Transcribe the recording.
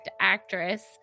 actress